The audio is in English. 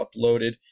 uploaded